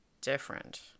different